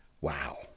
Wow